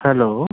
hello